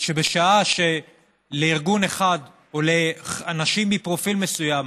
שבשעה שלארגון אחד, או לאנשים מפרופיל מסוים,